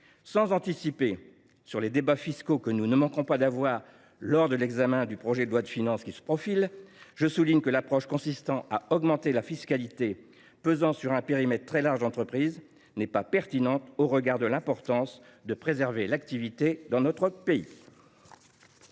Sans anticiper sur les débats fiscaux que nous ne manquerons pas d’avoir lors de l’examen prochain du projet de loi de finances, je souligne que l’approche consistant à augmenter la fiscalité pesant sur un périmètre très large n’est pas pertinente au regard de l’importance de préserver l’activité dans notre pays.